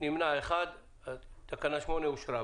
נמנע- 1. תקנה 8 אושרה.